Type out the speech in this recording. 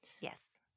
Yes